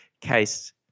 case